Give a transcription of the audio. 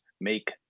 make